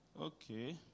Okay